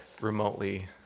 remotely